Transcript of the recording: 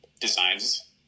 designs